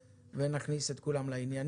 אנחנו נכניס אותו לקבוצה ונכניס את כולם לעניינים.